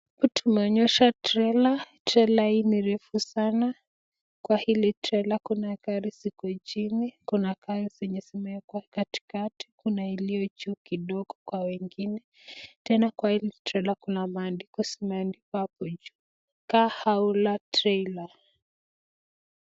Tumeonyeshwa trela, trela hili ni refu sana. Kwa hili trela kuna gari ziko chini kuna gari yenye zimewekwa katikati kuna iliyo juu kidogo kwa wengine tena kwa hii trela kuna maadishi zimeandikwa juu Car Hauler Trailer.